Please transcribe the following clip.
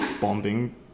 bombing